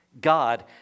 God